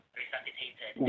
resuscitated